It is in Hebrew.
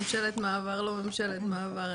ממשלת מעבר לא ממשלת מעבר,